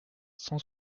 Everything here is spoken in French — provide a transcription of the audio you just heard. cent